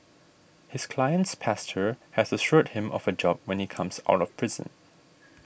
his client's pastor has assured him of a job when he comes out of prison